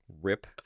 Rip